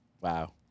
Wow